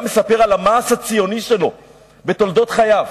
מספר על המעש הציוני שלו בתולדות חייו,